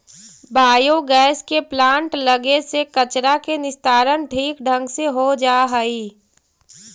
biogas के plant लगे से कचरा के निस्तारण ठीक ढंग से हो जा हई